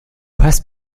hast